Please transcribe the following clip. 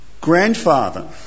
grandfather